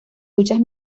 luchas